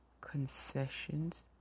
concessions